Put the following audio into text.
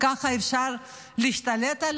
ככה אפשר להשתלט על